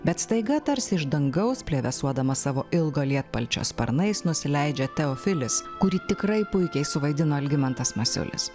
bet staiga tarsi iš dangaus plevėsuodamas savo ilgo lietpalčio sparnais nusileidžia teofilis kurį tikrai puikiai suvaidino algimantas masiulis